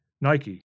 Nike